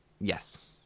Yes